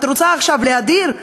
את רוצה עכשיו להדיר?